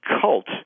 cult